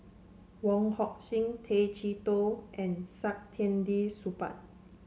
Wong Hock Sing Tay Chee Toh and Saktiandi Supaat